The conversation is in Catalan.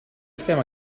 estem